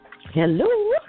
Hello